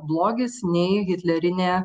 blogis nei hitlerinė